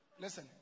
Listen